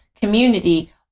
community